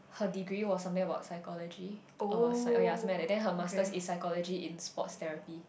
her degree was something about psychology or oh yeah something like that then her master is psychology in sports therapy